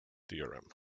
theorem